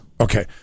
Okay